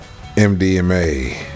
MDMA